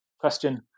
question